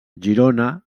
girona